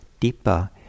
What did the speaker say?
dipa